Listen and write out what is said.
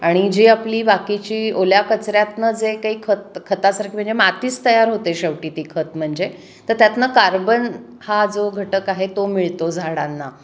आणि जी आपली बाकीची ओल्या कचऱ्यातनं जे काही खत खतासारखी म्हणजे मातीच तयार होते शेवटी ती खत म्हणजे तर त्यातनं कार्बन हा जो घटक आहे तो मिळतो झाडांना